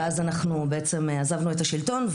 ואז אנחנו בעצם עזבנו את השלטון.